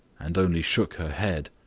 and only shook her head.